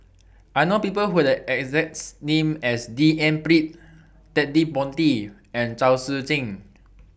I know People Who Have The exact name as D N Pritt Ted De Ponti and Chao Tzee Cheng